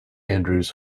andrews